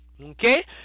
Okay